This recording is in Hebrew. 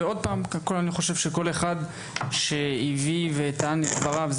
ואני חושב שכל מי שטען והביא את דבריו,